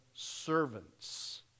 Servants